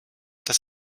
dass